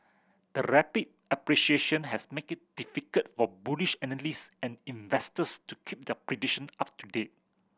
the rapid appreciation has make it difficult for bullish analysts and investors to keep the prediction up to date